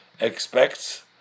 expects